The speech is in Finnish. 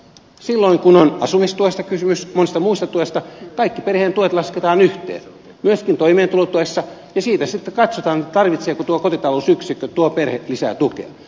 silloin kun on asumistuesta kysymys monesta muusta tuesta kaikki perheen tuet lasketaan yhteen myöskin toimeentulotuessa ja siitä sitten katsotaan tarvitseeko tuo kotitalousyksikkö tuo perhe lisää tukea